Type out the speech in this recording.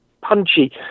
punchy